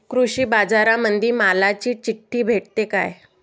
कृषीबाजारामंदी मालाची चिट्ठी भेटते काय?